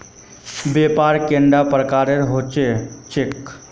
व्यापार कैडा प्रकारेर होबे चेक?